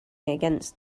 against